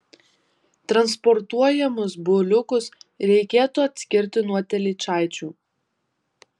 transportuojamus buliukus reikėtų atskirti nuo telyčaičių